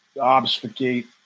obfuscate